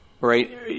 right